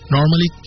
Normally